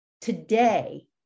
today